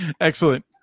Excellent